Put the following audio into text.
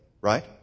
right